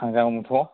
थांजागौमोनथ'